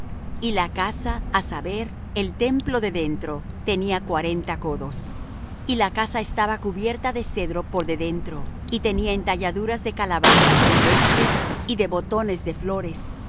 y la casa á saber el templo de dentro tenía cuarenta codos y la casa estaba cubierta de cedro por de dentro y tenía entalladuras de calabazas silvestres y de botones de flores